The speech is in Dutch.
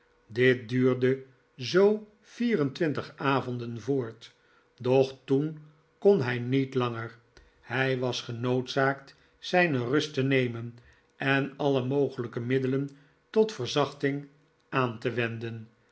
dit duurde zoo vier en twintig avonden voort doch toen kon hij niet langer hij was genoodzaakt zijne rust te nemen en alle mogelijke middelen tot verzachting aan te wenden